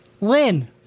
Lynn